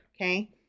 Okay